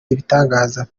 ibitangaza